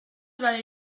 vale